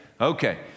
okay